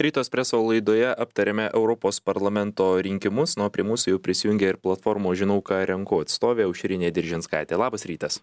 ritos espreso laidoje aptarėme europos parlamento rinkimus na o prie mūsų jau prisijungė ir platformos žinau ką renku atstovė aušrinė diržinskaitė labas rytas